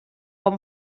amb